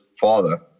father